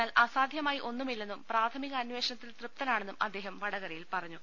എന്നാൽ അസാധ്യ മായി ഒന്നുമില്ലെന്നും പ്രഥമിക അന്വേഷണത്തിൽ തൃപ്തനാണെ ന്നും അദ്ദേഹം വടകരയിൽ പറഞ്ഞു